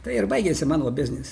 tai ir baigėsi mano biznis